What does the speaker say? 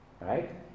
right